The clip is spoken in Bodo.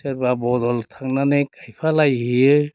सोरबा बदल थांनानै खायफा लायहैयो